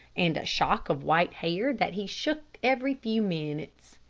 and a shock of white hair that he shook every few minutes.